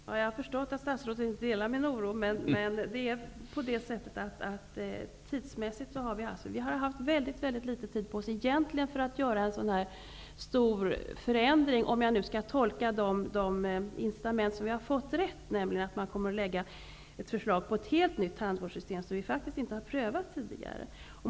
Herr talman! Jag förstår att statsrådet inte delar min oro. Men vi har haft väldigt kort tid på oss för att genomföra en sådan här stor förändring, om jag nu skall tolka de incitament som vi har fått rätt, nämligen att man kommer att föreslå ett helt nytt tandvårdssystem, som vi faktiskt inte har prövat tidigare.